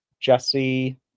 Jesse